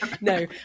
No